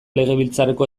legebiltzarreko